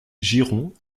giron